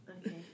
Okay